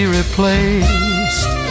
replaced